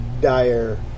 dire